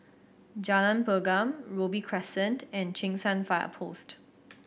Jalan Pergam Robey Crescent and Cheng San Fire Post